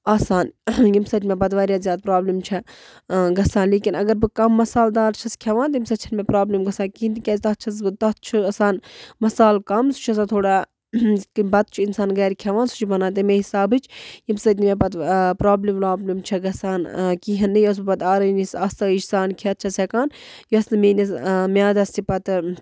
آسان ییٚمۍ سۭتۍ مےٚ پَتہٕ واریاہ زیادٕ پرٛابلِم چھےٚ گژھان لیکِن اَگر بہٕ کَم مصالدار چھَس کھٮ۪وان تَمہِ سۭتۍ چھَنہٕ مےٚ پرٛابلِم گژھان کِہیٖنۍ تِکیٛازِ تَتھ چھَس بہٕ تَتھ چھُ آسان مصال کَم سُہ چھُ آسان تھوڑا یِتھ کَنۍ بَتہٕ چھُ اِنسان گَرِ کھٮ۪وان سُہ چھُ بَنان تَمے حسابٕچ ییٚمۍ سۭتۍ مےٚ پَتہٕ پرٛابلِم ورٛابلِم چھےٚ گَژھان کِہیٖنۍ نہِ یۄس بہٕ پَتہٕ آرٲنی سا آسٲیِش آسان کھٮ۪تھ چھَس ہٮ۪کان یۄس نہٕ میٛٲنِس میٛادَس تہِ پَتہٕ